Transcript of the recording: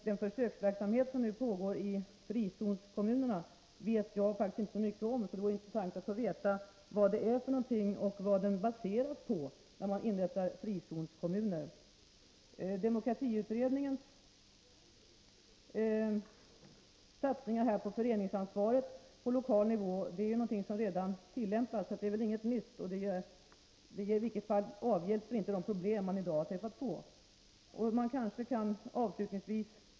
Den försöksverksamhet som nu pågår i frizonskommunerna vet jag faktiskt inte så mycket om, så det vore intressant att få veta vad det är för någonting och vad den baseras på när man inrättar frizonskommuner. Demokratiutredningens satsningar på föreningsansvaret på lokal nivå är någonting som redan tillämpas, så det är väl inget nytt. Det avhjälper i varje fall inte de problem som i dag tränger sig på.